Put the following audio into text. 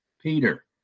Peter